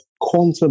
quantum